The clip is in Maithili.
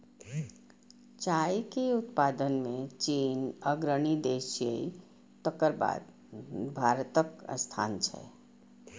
चाय के उत्पादन मे चीन अग्रणी देश छियै, तकर बाद भारतक स्थान छै